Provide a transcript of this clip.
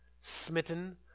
smitten